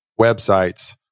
websites